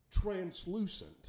Translucent